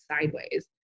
sideways